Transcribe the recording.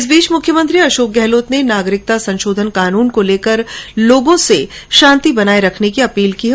इस बीच मुख्यमंत्री अशोक गहलोत ने नागरिकता संशोधन कानून को लेकर लोगों से शांति बनाए रखने की अपील की है